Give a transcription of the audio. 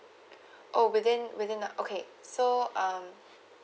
oh but then but then okay so um